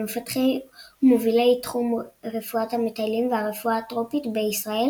ממפתחי ומובילי תחום רפואת המטיילים והרפואה הטרופית בישראל